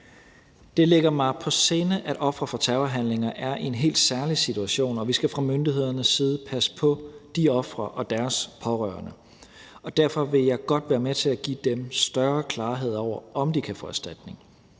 Det ligger mig på sinde, at ofre for terrorhandlinger er i en helt særlig situation, og vi skal fra myndighedernes side passe på de ofre og deres pårørende, og derfor vil jeg godt være med til at give dem større klarhed over, om de kan få erstatning.